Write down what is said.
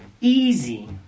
easy